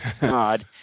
God